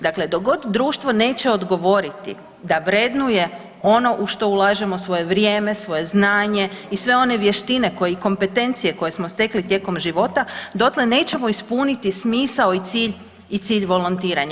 Dakle, dok god društvo neće odgovoriti da vrednuje ono u što ulažemo svoje vrijeme, svoje znanje i sve one vještine koje, i kompetencije, koje smo stekli tijekom života, dotle nećemo ispuniti smisao i cilj volontiranja.